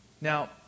Now